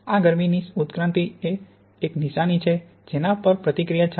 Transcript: અને આ ગરમીની ઉત્ક્રાંતિ એ એક નિશાની છે જેના પર પ્રતિક્રિયા ચાલી રહી છે